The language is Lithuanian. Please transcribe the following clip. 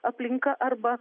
aplinka arba